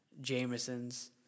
Jameson's